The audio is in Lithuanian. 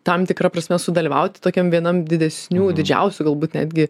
tam tikra prasme sudalyvauti tokiam vienam didesnių didžiausių galbūt netgi